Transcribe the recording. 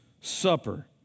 Supper